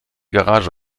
garage